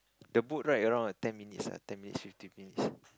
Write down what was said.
the boat ride around ten minutes ten minutes fifteen minutes